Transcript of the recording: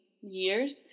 years